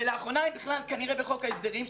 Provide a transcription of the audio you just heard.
ולאחרונה בכלל כנראה בחוק ההסדרים,